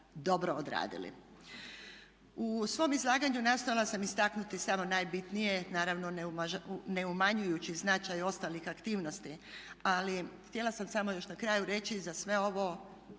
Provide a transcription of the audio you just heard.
dobro odradili. U svom izlaganju nastojala sam istaknuti samo najbitnije, naravno ne umanjujući značaj ostalih aktivnosti ali htjela sam još na kraju reći za sve ovo